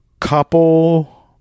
couple